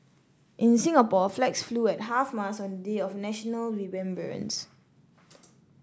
in Singapore flags flew at half mast on the day of national remembrance